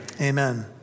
Amen